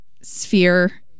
sphere